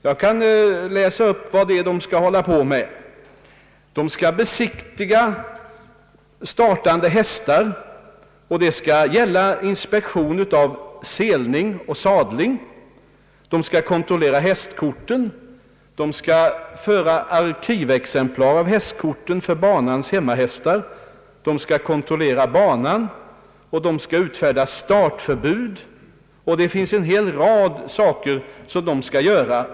Jag kan läsa upp en del av vad han skall hålla på med. Veterinären skall besiktiga startande hästar t.ex. i fråga om selning och sadling, kontrollera hästkorten, föra <arkivexemplar av hästkort för banans egna hästar, kontrollera banan, utfärda startförbud och dessutom göra en hel rad andra saker.